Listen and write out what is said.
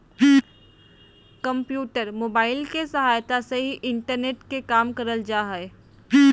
computer, mobile के सहायता से ही इंटरनेट के काम करल जा हय